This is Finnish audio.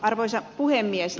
arvoisa puhemies